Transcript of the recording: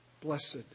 Blessed